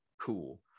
cool